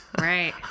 right